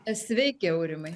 sveiki aurimai